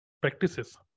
practices